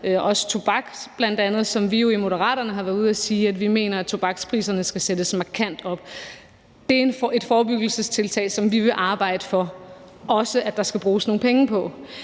også tobak, hvor vi jo i Moderaterne har været ude at sige, at vi mener, at tobakspriserne skal sættes markant op. Det er et forebyggelsestiltag, som vi også vil arbejde for at der skal bruges nogle penge på.